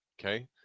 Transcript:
okay